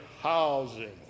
housing